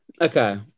Okay